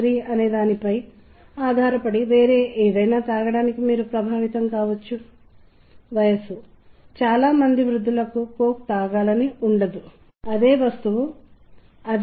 ఒక అధ్యయనంలో ప్రజలు సంగీతాన్ని ఇతర పరిస్థితిని దృశ్యమానముగా అనుబంధించాలని మనం కోరుకున్నట్లు మీరు కనుగొన్నారు